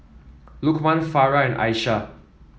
Lukman Farah and Aishah